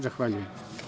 Zahvaljujem.